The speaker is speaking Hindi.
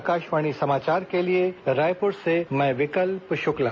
आकाशवाणी समाचार के लिए रायपुर से मैं विकल्प शुक्ला